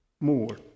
more